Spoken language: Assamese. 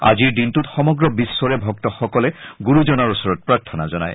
আজিৰ দিনটোত সমগ্ৰ বিশ্বৰে ভক্তসকলে গুৰুজনাৰ ওচৰত প্ৰাৰ্থনা জনায়